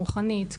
רוחנית,